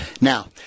Now